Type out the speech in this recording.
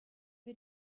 wir